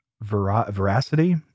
veracity